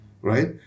right